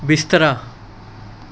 ਬਿਸਤਰਾ